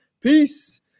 Peace